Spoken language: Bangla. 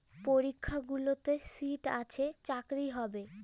পরীক্ষাগুলোতে সিট আছে চাকরি হবে